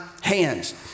hands